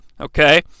Okay